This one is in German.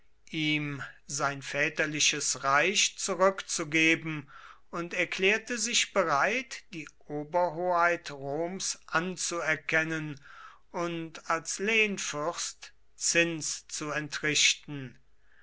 ihm sein väterliches reich zurückzugeben und erklärte sich bereit die oberhoheit roms anzuerkennen und als lehnfürst zins zu entrichten